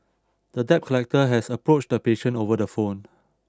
the debt collector had approached the patient over the phone